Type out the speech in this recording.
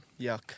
Yuck